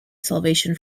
salvation